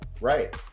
Right